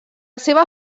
seva